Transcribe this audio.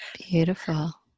Beautiful